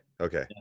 okay